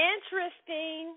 Interesting